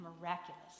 miraculous